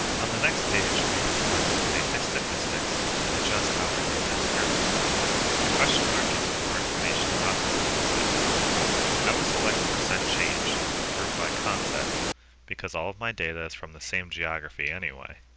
on the next page we can select some basic statistics and adjust how our data is grouped the question marks give more information about the statistics i will select percent change and group by concept because all of my data is from the same geography anyway,